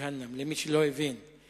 למי שלא הבין אותה.